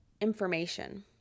information